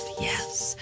Yes